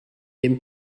cyn